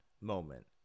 moment